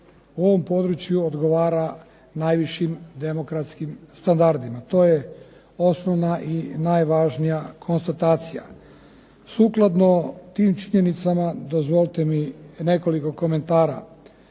u ovom području odgovara najvišim demokratskim standardima. To je osnovna i najvažnija konstatacija. Sukladno tim činjenicama dozvolite mi nekoliko komentara.